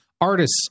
artists